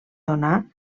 donar